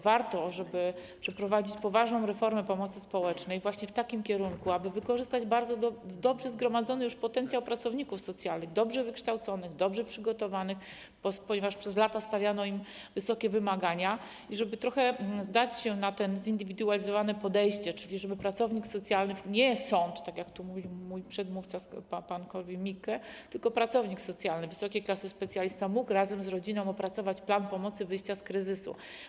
Warto, żeby przeprowadzić poważną reformę pomocy społecznej właśnie w takim kierunku, aby wykorzystać już bardzo dobrze zgromadzony potencjał pracowników socjalnych, dobrze wykształconych, dobrze przygotowanych, ponieważ przez lata stawiano im wysokie wymagania, aby trochę zdać się na zindywidualizowane podejście, czyli żeby pracownik socjalny, nie sąd, tak jak mówił tu mój przedmówca pan Korwin-Mikke, tylko pracownik socjalny, wysokiej klasy specjalista mógł razem z rodziną opracować plan pomocy dotyczącej wyjścia z kryzysu.